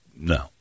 No